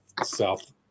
South